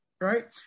Right